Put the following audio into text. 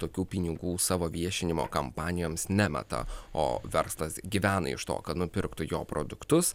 tokių pinigų savo viešinimo kampanijoms nemeta o verslas gyvena iš to kad nupirktų jo produktus